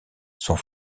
sont